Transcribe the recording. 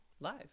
Live